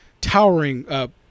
towering –